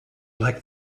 like